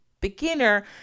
beginner